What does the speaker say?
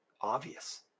obvious